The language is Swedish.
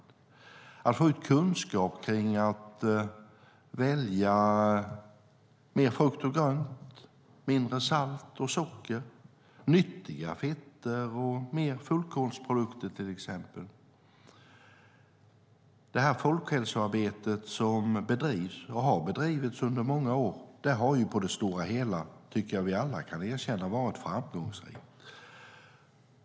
Det handlar om kunskap om att välja mer frukt och grönt, mindre salt och socker, nyttiga fetter och mer fullkornsprodukter, till exempel. Detta folkhälsoarbete, som bedrivs och har bedrivits under många år, har på det stora hela - det tycker jag att vi alla kan erkänna - varit framgångsrikt.